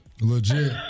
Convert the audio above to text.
Legit